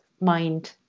mind